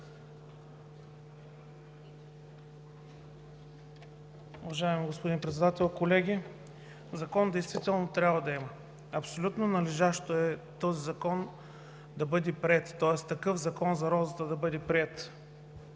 Уважаеми господин Председател, колеги! Закон действително трябва да има. Абсолютно належащо е този закон да бъде приет, тоест такъв закон за розата да бъде приет,